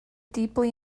deeply